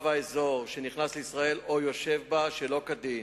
האזור שנכנס לישראל או יושב בה שלא כדין,